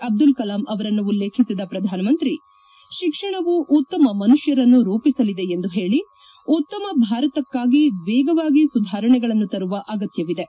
ಅಬ್ದುಲ್ ಕಲಾಂ ಅವರನ್ನು ಉಲ್ಲೇಖಿಸಿದ ಪ್ರಧಾನ ಮಂತ್ರಿ ಶಿಕ್ಷಣವು ಉತ್ತಮ ಮನುಷ್ಕರನ್ನು ರೂಪಿಸಲಿದೆ ಎಂದು ಹೇಳಿ ಉತ್ತಮ ಭಾರತಕ್ಕಾಗಿ ವೇಗವಾಗಿ ಸುಧಾರಣೆಗಳನ್ನು ತರುವ ಅಗತ್ಲವಿದೆ